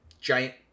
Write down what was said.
giant